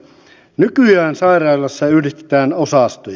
nykyään sairaaloissa yhdistetään osastoja